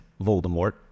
Voldemort